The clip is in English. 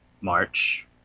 march